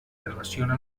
relaciona